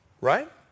right